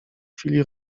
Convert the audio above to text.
chwili